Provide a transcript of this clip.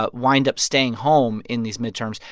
but wind up staying home in these midterms.